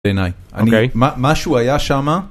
אוקיי. משהו היה שם.